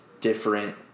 different